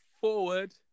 Forward